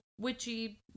witchy